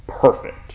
perfect